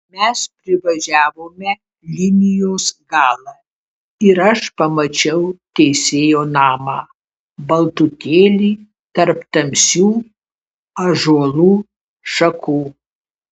mes privažiavome linijos galą ir aš pamačiau teisėjo namą baltutėlį tarp tamsių ąžuolų šakų